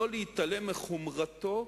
לא להתעלם מחומרתו